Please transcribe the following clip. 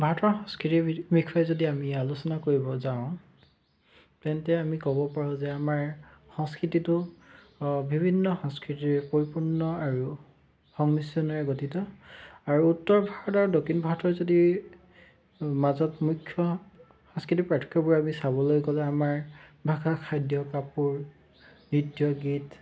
ভাৰতৰ সংস্কৃতিৰ বিষয়ে যদি আমি আলোচনা কৰিব যাওঁ তেন্তে আমি ক'ব পাৰো যে আমাৰ সংস্কৃতিটো বিভিন্ন সংস্কৃতিৰ পৰিপূৰ্ণ আৰু সংমিশ্ৰণেৰে গঠিত আৰু উত্তৰ ভাৰতৰ দক্ষিণ ভাৰতৰ যদি মাজত মুখ্য সাংস্কৃতিক পাৰ্থক্যবোৰ আমি চাবলৈ গ'লে আমাৰ ভাষা খাদ্য কাপোৰ নৃত্য গীত